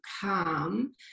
calm